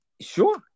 sure